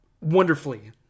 wonderfully